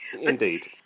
Indeed